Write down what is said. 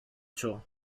ciò